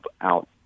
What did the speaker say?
out